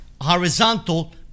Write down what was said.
horizontal